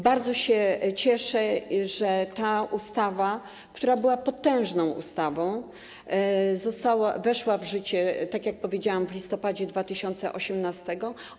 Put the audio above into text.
Bardzo się cieszę, że ta ustawa, która była potężną ustawą, weszła w życie, tak jak powiedziałam, w listopadzie 2018 r.